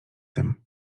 tym